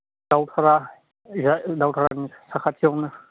दावधारा ओरैहाय दावधारानि साखाथियावनो